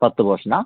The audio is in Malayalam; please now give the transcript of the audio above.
പത്തു പോർഷനാ